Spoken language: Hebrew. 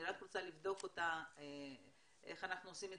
אני רק רוצה לבדוק איך אנחנו עושים את